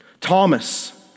Thomas